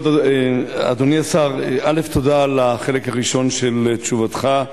אדוני השר, תודה על החלק הראשון של תשובתך.